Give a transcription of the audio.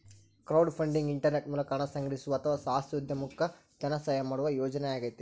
crowdfunding internet ಮೂಲಕ ಹಣ ಸಂಗ್ರಹಿಸುವ ಅಥವಾ ಸಾಹಸೋದ್ಯಮುಕ್ಕ ಧನಸಹಾಯ ಮಾಡುವ ಯೋಜನೆಯಾಗೈತಿ